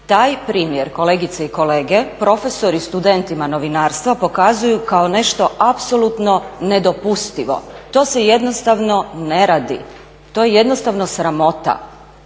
Taj primjer kolegice i kolege profesori studentima novinarstva pokazuju kao nešto apsolutno nedopustivo, to se jednostavno ne radi, to je jednostavno sramota.